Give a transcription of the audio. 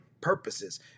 purposes